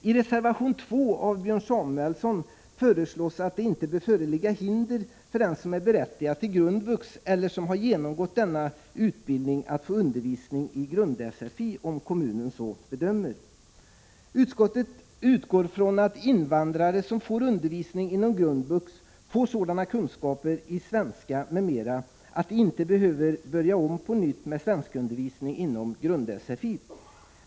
I reservation 2 av Björn Samuelson föreslås att det inte bör föreligga hinder för den som är berättigad till grundvux eller som har genomgått denna utbildning att få undervisning i grund-sfi om kommunen så bedömer. Utskottet utgår från att invandrare som får undervisning inom grundvux får sådana kunskaper i svenska m.m. att de inte behöver börja om på nytt med svenskundervisning inom grund-sfi.